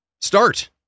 start